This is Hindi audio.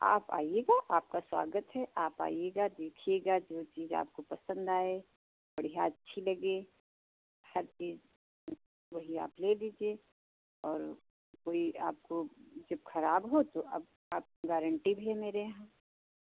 आप आइएगा आपका स्वागत है आप आइएगा देखिएगा जो चीज़ आपको पसंद आए बढ़िया अच्छी लगे हर चीज़ वही आप ले लीजिए और कोई आपको जब ख़राब हो तो अब आप गारंटी भी है मेरे यहाँ